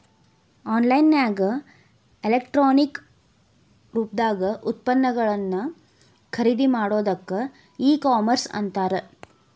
on line ನ್ಯಾಗ electronic ರೂಪ್ದಾಗ್ ಉತ್ಪನ್ನಗಳನ್ನ ಖರಿದಿಮಾಡೊದಕ್ಕ ಇ ಕಾಮರ್ಸ್ ಅಂತಾರ